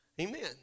Amen